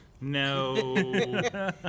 No